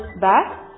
back